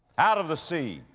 out of the sea,